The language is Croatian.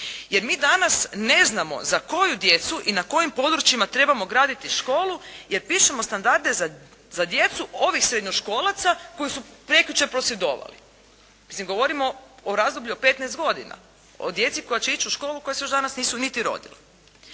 Jer mi danas ne znamo za koju djecu i na kojim područjima trebamo graditi školu, jer pišemo standarde za djecu ovih srednjoškolaca koji su prekjučer prosvjedovali. Mislim, govorimo o razdoblju od 15 godina, o djeci koja će ići u školu koja se još danas nisu niti rodila.